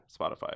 Spotify